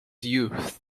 youth